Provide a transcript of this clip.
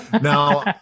Now